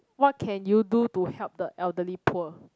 what can you do to help the elderly poor